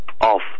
off